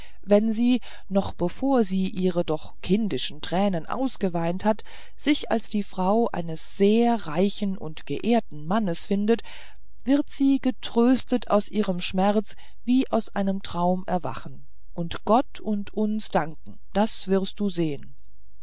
wenn sie noch bevor sie ihre doch kindischen tränen ausgeweint hat sich als die frau eines sehr reichen und geehrten mannes findet wird sie getröstet aus ihrem schmerze wie aus einem traum erwachen und gott und uns danken das wirst du sehen